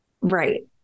right